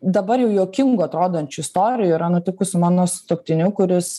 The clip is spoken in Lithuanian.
dabar jau juokingų atrodančių istorijų yra nutikus su mano sutuoktiniu kuris